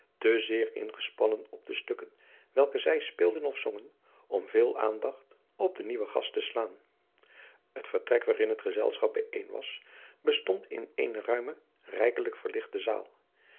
te zeer ingespannen op de stukken welke zij speelden of zongen om veel aandacht op adriaan loosjes pzn het leven van maurits lijnslager den nieuwen gast te slaan het vertrek waarin het gezelschap bijeen was bestond in eene ruime rijkelijk verlichte zaal